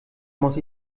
muss